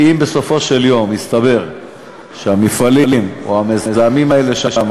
אם בסופו של דבר יסתבר שהמפעלים או המזהמים האלה שם